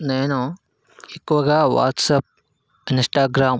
నేను ఎక్కువగా WhatsApp Instagram